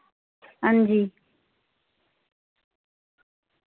हां जी